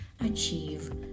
achieve